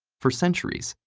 for centuries,